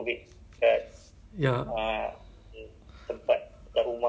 it's like a big group ah then people will walk past the same place right